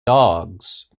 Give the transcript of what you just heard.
dogs